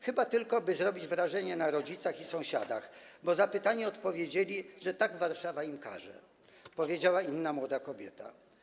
Chyba tylko po to, by zrobić wrażenie na rodzicach i sąsiadach, bo zapytani odpowiedzieli, że tak Warszawa im każe - powiedziała inna młoda kobieta.